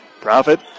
Profit